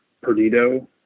Perdido